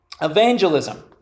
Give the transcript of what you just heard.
evangelism